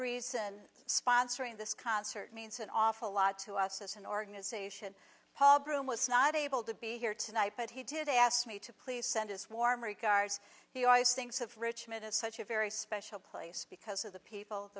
reason sponsoring this concert means an awful lot to us as an organization paul broun was not able to be here tonight but he did ask me to please send us warm regards he always thinks of richmond as such a very special place because of the people